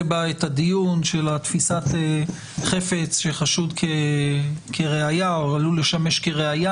בה את הדיון של תפיסת חפץ שחשוד כראיה או עלול לשמש כראיה.